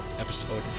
episode